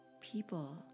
people